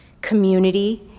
Community